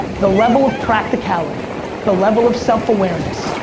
the level of practicality the level of self-awareness,